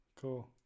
cool